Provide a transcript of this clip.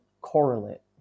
correlate